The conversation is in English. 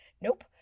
nope